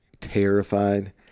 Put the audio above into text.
terrified